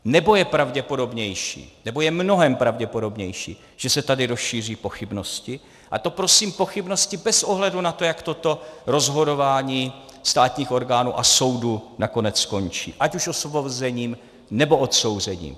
Nebo je pravděpodobnější, nebo je mnohem pravděpodobnější, že se tady rozšíří pochybnosti, a to prosím pochybnosti bez ohledu na to, jak toto rozhodování státních orgánů a soudů nakonec skončí, ať už osvobozením, nebo odsouzením.